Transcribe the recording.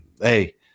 hey